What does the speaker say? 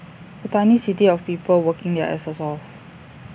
A tiny city of people working their asses off